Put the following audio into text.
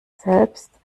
selbst